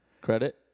credit